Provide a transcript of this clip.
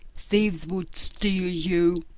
thieves would steal you!